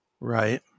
Right